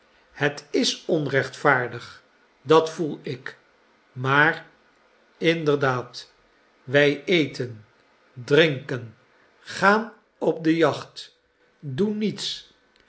het is onrechtvaardig dat voel ik maar inderdaad wij eten drinken gaan op de jacht doen niets